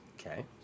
Okay